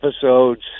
episodes